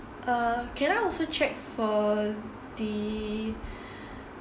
err can I also check for the